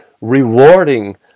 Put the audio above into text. Rewarding